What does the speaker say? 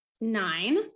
nine